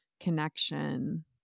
connection